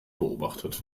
beobachtet